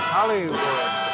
Hollywood